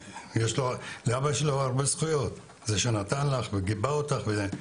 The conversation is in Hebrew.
לאבא שלך יש הרבה זכויות, זה שנתן לך וגיבה אותך.